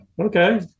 okay